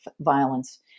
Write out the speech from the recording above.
violence